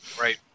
Right